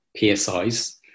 PSIs